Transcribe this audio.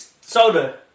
soda